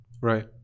right